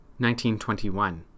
1921